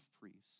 priests